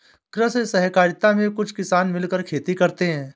कृषि सहकारिता में कुछ किसान मिलकर खेती करते हैं